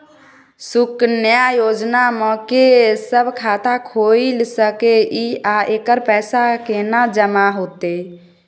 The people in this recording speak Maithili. सुकन्या योजना म के सब खाता खोइल सके इ आ एकर पैसा केना जमा होतै?